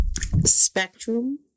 spectrum